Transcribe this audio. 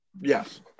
Yes